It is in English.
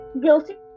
guilty